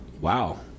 Wow